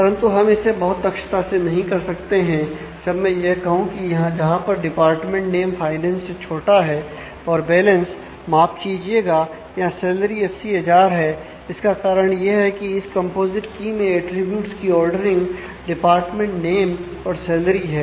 परंतु हम इसे बहुत दक्षता से नहीं कर सकते हैं जब मैं यह कहूं कि जहां पर डिपार्टमेंट नेम डिपार्टमेंट नेम और सैलरी है